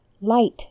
Light